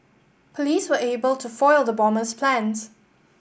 police were able to foil the bomber's plans